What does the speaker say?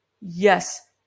Yes